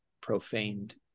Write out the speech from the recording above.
profaned